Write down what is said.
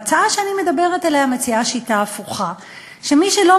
וההצעה שאני מדברת עליה מציעה שיטה הפוכה: שמי שלא